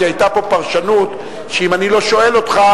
כי היתה פה פרשנות שאם אני לא שואל אותך,